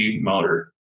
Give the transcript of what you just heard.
motor